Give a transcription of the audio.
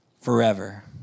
forever